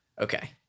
Okay